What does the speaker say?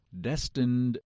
destined